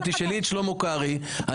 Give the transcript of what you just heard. תשאלי את שלמה קרעי.